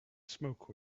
smoke